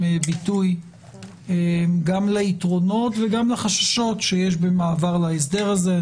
ביטוי גם ליתרונות וגם לחששות שיש במעבר להסדר הזה.